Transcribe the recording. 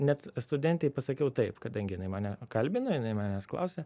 net studentei pasakiau taip kadangi jinai mane kalbino jinai manęs klausia